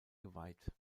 geweiht